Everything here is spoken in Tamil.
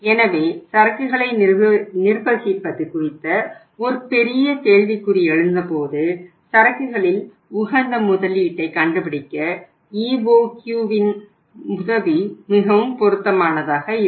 எனவே சரக்குகளை நிர்வகிப்பது குறித்த ஒரு பெரிய கேள்விக்குறி எழுந்தபோது சரக்குகளில் உகந்த முதலீட்டை கண்டுபிடிக்க EOQ இன் உதவி மிகவும் பொருத்தமானதாக இருக்கும்